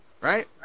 right